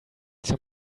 some